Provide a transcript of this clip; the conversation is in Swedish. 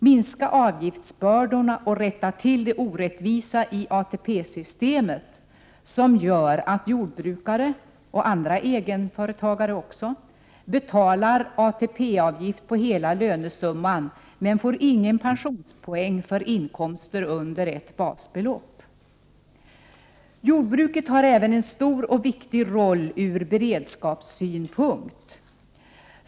Minska avgiftsbördorna och rätta till det orättvisa i ATP-systemet som gör att jordbrukare och andra egenföretagare betalar ATP-avgift på hela lönesumman men inte får någon pensionspoäng för inkomster under ett basbelopp! Jordbruket har även en stor och viktig roll ur beredskapssynpunkt.